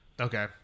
Okay